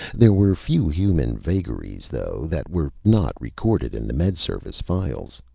there were few human vagaries, though, that were not recorded in the med service files.